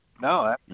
no